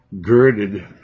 girded